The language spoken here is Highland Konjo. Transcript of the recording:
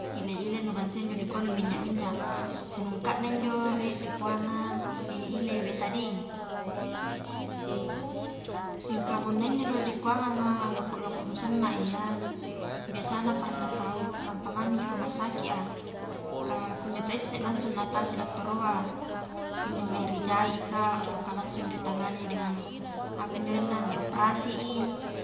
Ile nu bansaia injo nikua minyak-minyak sinungka na injo rie ri kuangang ile betadine, mingka punna injo nu rikuanganga loko-loko nu sanna iya, biasanna paranna tau lampa mami di rumah sakit a, kah kunjo to isse langsung na atasi dattoroa, kunju mae ri jait i kah atau langsungi ritangani dengan apanjo arenna di oprasi i.